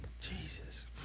Jesus